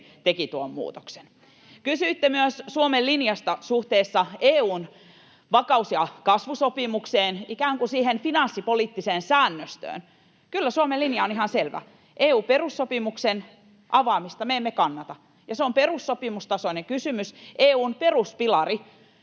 teki tuon muutoksen. Kysyitte myös Suomen linjasta suhteessa EU:n vakaus- ja kasvusopimukseen, ikään kuin siihen finanssipoliittiseen säännöstöön. Kyllä Suomen linja on ihan selvä. EU-perussopimuksen avaamista me emme kannata. Se on perussopimustasoinen kysymys. Se on EU:n peruspilari,